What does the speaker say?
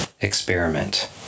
experiment